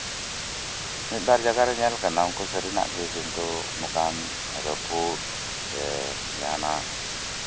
ᱢᱤᱫᱵᱟᱨ ᱡᱟᱭᱜᱟᱨᱮ ᱧᱮᱞ ᱠᱟᱱᱟ ᱥᱟᱹᱨᱤᱱᱟᱜ ᱜᱮ ᱠᱤᱱᱛᱩ ᱱᱚᱝᱠᱟᱱ ᱨᱟᱹᱯᱩᱫ ᱥᱮ ᱡᱟᱸᱦᱟᱱᱟᱜ